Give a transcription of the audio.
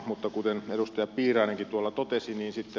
mutta kuten edustaja piirainenkin totesi niin sitä